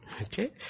Okay